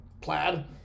plaid